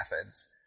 methods